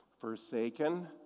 Forsaken